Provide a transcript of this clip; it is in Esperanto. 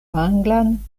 anglan